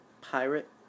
pirate